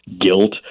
guilt